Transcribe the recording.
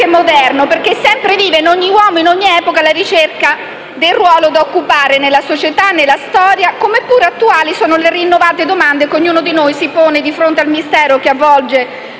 ma anche moderno, perché è sempre viva, in ogni uomo e in ogni epoca, la ricerca del ruolo da occupare nella società e nella storia. Come pure attuali sono le rinnovate domande che ognuno di noi si pone di fronte al mistero che avvolge